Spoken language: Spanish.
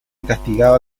castigaba